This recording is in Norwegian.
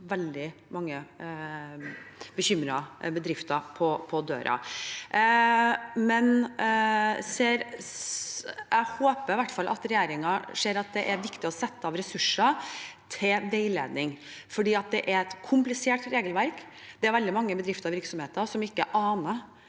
veldig mange bekymrede bedrifter på døren. Jeg håper i hvert fall at regjeringen ser at det er viktig å sette av ressurser til veiledning, for det er et komplisert regelverk, og det er veldig mange bedrifter og virksomheter som ikke aner